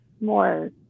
more